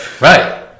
Right